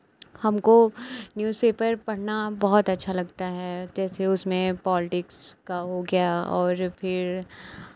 हमको न्यूज़पेपर पढ़ना बहुत अच्छा लगता है जैसे उसमें पोल्टिक्स का हो गया और फिर